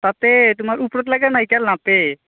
তাতে তোমাৰ উপৰোত লগা নাৰিকেল নাপায়